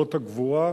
אות הגבורה,